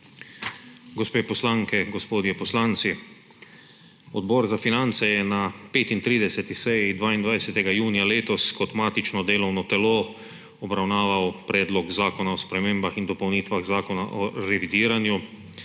Gospe poslanke, gospodje poslanci! Odbor za finance je na 35. seji 22. junija letos kot matično delovno telo obravnaval Predlog zakona o spremembah in dopolnitvah Zakona o revidiranju,